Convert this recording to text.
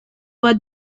bat